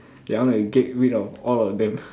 ya I want to get rid of all of them